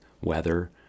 weather